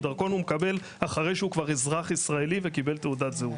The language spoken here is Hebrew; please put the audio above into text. דרכון הוא מקבל אחרי שהוא כבר אזרח ישראלי וקיבל תעודת זהות,